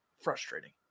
frustrating